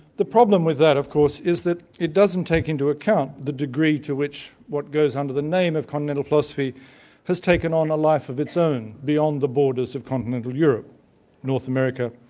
the problem with that of course, is that it doesn't take into account the degree to which what goes under the name of continental philosophy has taken on a life of its own, beyond the borders of continental europe north america,